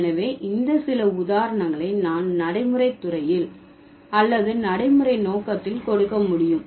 எனவே இந்த சில உதாரணங்களை நான் நடைமுறை துறையில் அல்லது நடைமுறை நோக்கத்தில் கொடுக்க முடியும்